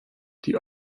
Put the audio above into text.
die